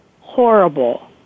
horrible